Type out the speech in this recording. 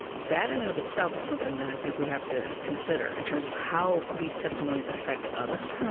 and that in and of itself is something that i think we have to consider in terms of how these testimonies affect others.